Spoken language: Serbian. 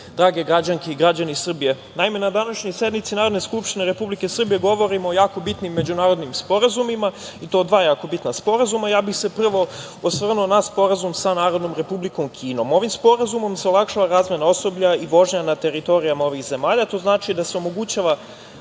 drage građanke i građani Srbije, na današnjoj sednici Narodne skupštine Republike Srbije govorimo o jako bitnim međunarodnim sporazumima, i to o dva jako bitna sporazuma. Prvo bih se osvrnuo na Sporazum sa Narodnom Republikom Kinom. Ovim sporazumom se olakšava razmena osoblja i vožnja na teritorijama ovih zemalja. To znači da se omogućava